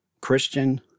Christian